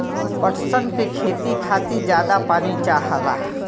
पटसन के खेती के खातिर जादा पानी चाहला